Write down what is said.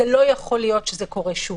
לא יכול להיות שזה קורה שוב.